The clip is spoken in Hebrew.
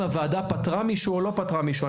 הוועדה פטרה מישהו או לא פטרה מישהו.